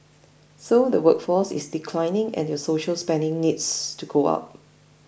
so the workforce is declining and your social spending needs to go up